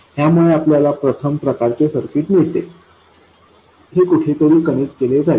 ह्यामुळे आपल्याला प्रथम प्रकारचे सर्किट मिळते हे कुठेतरी कनेक्ट केले जाईल